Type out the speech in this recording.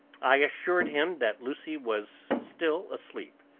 i assured him that lucy was still asleep,